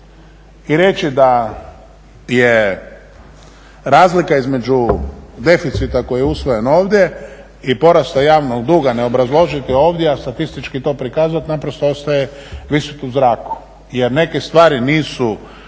I reći da je razlika između deficita koji je usvojen ovdje i porasta javnog duga neobrazložiti ovdje, a statistički to prikazati naprosto ostaje visit u zraku jer neke stvari nisu